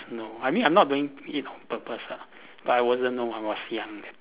no I mean I'm not doing it on purpose ah but I wasn't know I was young that time